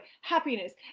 happiness